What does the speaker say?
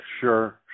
Sure